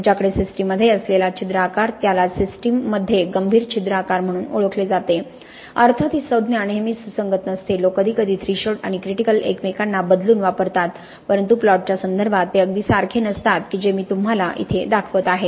तुमच्याकडे सिस्टीममध्ये असलेला छिद्र आकार त्यालाच सिस्टममध्ये गंभीर छिद्र आकार म्हणून ओळखले जाते अर्थात ही संज्ञा नेहमीच सुसंगत नसते लोक कधीकधी थ्रेशोल्ड आणि क्रिटिकल एकमेकांना बदलून वापरतात परंतु प्लॉटच्या संदर्भात ते अगदी सारखे नसतात की जे मी तुम्हाला इथे दाखवत आहे